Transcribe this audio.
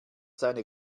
seine